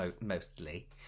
mostly